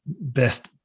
best